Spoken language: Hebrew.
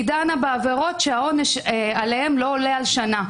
היא דנה בעבירות שהעונש עליהן לא עולה על שנה.